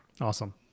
Awesome